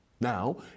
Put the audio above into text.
Now